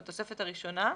בתוספת הראשונה.